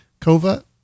Kova